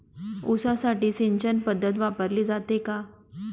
ऊसासाठी सिंचन पद्धत वापरली जाते का?